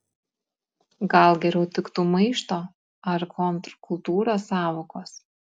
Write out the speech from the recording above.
gal geriau tiktų maišto ar kontrkultūros sąvokos